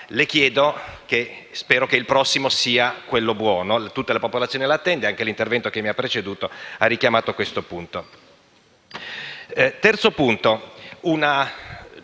calamità. Spero che la prossima sia quella buona; tutta la popolazione lo attende e anche l'intervento che mi ha preceduto ha richiamato questo punto. Terzo punto.